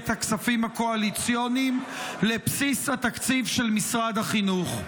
הכספים הקואליציוניים לבסיס התקציב של משרד החינוך?